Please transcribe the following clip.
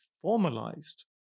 formalized